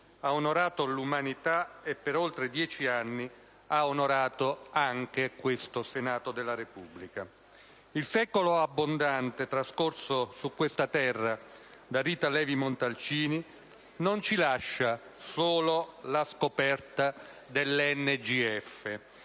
ha onorato l'umanità e, per oltre dieci anni, ha onorato anche questo Senato della Repubblica. Il secolo abbondante trascorso su questa terra da Rita Levi-Montalcini non ci lascia solo la scoperta dell'NGF,